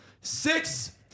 six